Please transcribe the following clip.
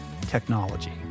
technology